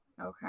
Okay